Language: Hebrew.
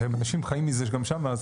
גם אם אנשים חיים מזה גם שם.